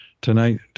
tonight